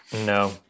No